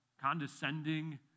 condescending